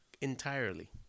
entirely